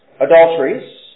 adulteries